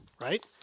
right